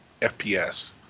fps